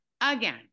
again